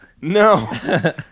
No